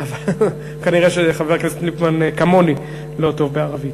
כנראה חבר הכנסת ליפמן, כמוני, לא טוב בערבית.